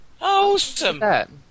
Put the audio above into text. awesome